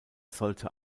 sollte